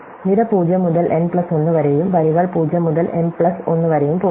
നിര 0 മുതൽ n plus 1 വരെയും വരികൾ 0 മുതൽ m പ്ലസ് 1 വരെയും പോകുന്നു